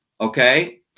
Okay